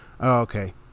okay